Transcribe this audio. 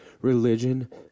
religion